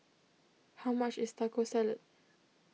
how much is Taco Salad